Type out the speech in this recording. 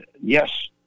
yes